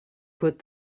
put